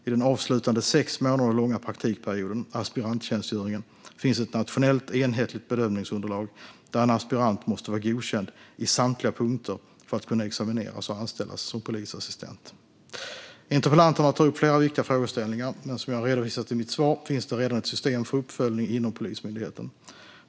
I den avslutande sex månader långa praktikperioden, aspiranttjänstgöringen, finns ett nationellt enhetligt bedömningsunderlag där en aspirant måste vara godkänd i samtliga punkter för att kunna examineras och anställas som polisassistent. Interpellanterna tar upp flera viktiga frågeställningar, men som jag har redovisat i mitt svar finns redan ett system för uppföljning inom Polismyndigheten.